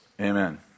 Amen